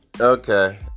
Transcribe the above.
Okay